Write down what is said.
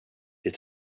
vid